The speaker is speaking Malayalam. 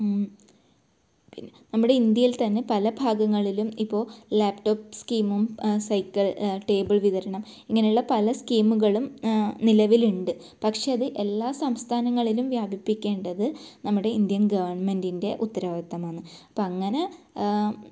പിന്നെ നമ്മുടെ ഇന്ത്യയിൽ തന്നെ പല ഭാഗങ്ങളിലും ഇപ്പോൾ ലാപ്ടോപ്പ് സ്കീമും സൈക്കിൾ ടേബിൾ വിതരണം ഇങ്ങനെയുള്ള പല സ്കീമുകളും നിലവിലുണ്ട് പക്ഷേ അത് എല്ലാ സംസ്ഥാനങ്ങളിലും വ്യാപിപ്പിക്കേണ്ടത് നമ്മുടെ ഇന്ത്യൻ ഗവൺമെൻറിൻ്റെ ഉത്തരവാദിത്വമാണ് അപ്പം അങ്ങനെ